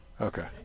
Okay